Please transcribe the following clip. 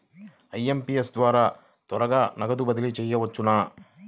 IMPS ద్వారా త్వరగా నగదు బదిలీ చేయవచ్చునా?